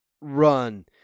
Run